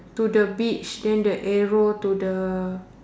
to the beach then the arrow to the